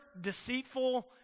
deceitful